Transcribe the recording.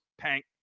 tank